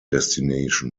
destination